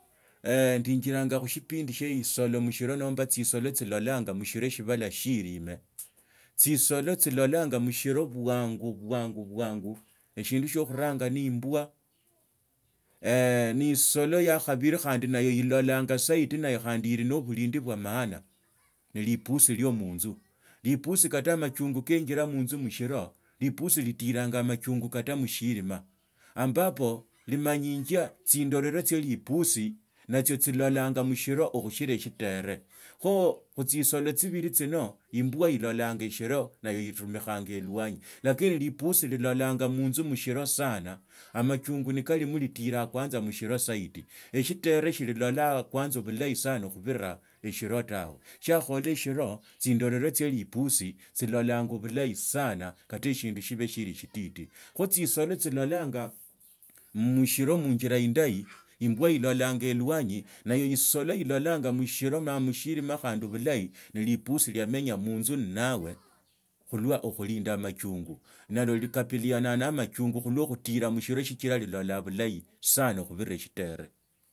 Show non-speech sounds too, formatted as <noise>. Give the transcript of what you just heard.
<hesitation> ndiinzilanga khushipindi tsie isolu mushiro nomba tsilola tsilolangaa mushiro bwangu bwangu bwangu eshindushe khupanga ni imbwa ne isolo ya khabili nayo ilolanga zaidi naye khandi nayo ili na bulindi busa maana ne lipusi lio munzu kata amachungu kenjile munzu mushiroo lipusi litiranga amachungu kenjile munzu mushiro lipusi litiranga amachungu kata mushirima ampapo limanjia chindarula tsi pusi natsio tsilorangamushiro okhushira eshitere kho khutsilola tsibili tsina imbwa ilobanya shilo nayo ilikhonyanga elwanyi lakini lipusi liloranga munzu mushiro zaidi eshitere shililolaa kwanza zaidi khubira esie tawe shiakhaola eshiri tsindovela tsia lipusi tsilolanga bulahi sana kata eshindu shibe shili eshititi khotsisolo tsilolanga mmushiro munzila indahi imbwa ilalanya elwanyi na isolo ilolanya mushiro ma mushilima bulahi ne lipusi liamenya munzu nnawe khulwa okhulinda amachungu nao likabiliana nende amachungu khulwe okhustila mushiro sichiraa lilolaa bulahi sana khubira shitere.